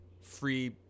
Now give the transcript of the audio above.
free